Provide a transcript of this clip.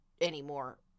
anymore